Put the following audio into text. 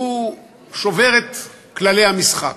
הוא שובר את כללי המשחק,